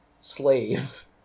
slave